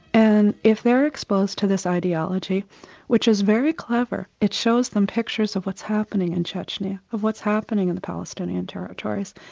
and if they're exposed to this ideology which is very clever, it shows them pictures of what's happening in chechnya, of what's happening in palestinian territories,